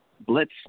Blitz